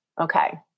Okay